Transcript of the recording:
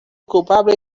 culpable